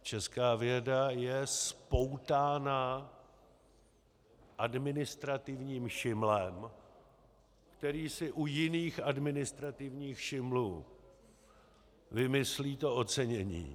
Česká věda je spoutána administrativním šimlem, který si u jiných administrativních šimlů vymyslí to ocenění.